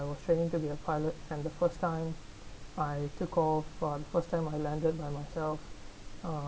I was training to be a pilot and the first time I took off uh first time I landed by myself uh